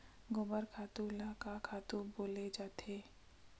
गोबर खातु ल का खातु बोले जाथे?